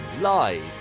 live